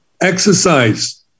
Exercise